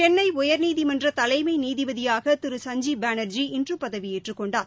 சென்னை உயர்நீதிமன்ற தலைமை நீதிபதியாக திரு சஞ்சீப் பானர்ஜி இன்று பதவியேற்றுக் கொண்டார்